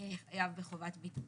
היה בחובת בידוד.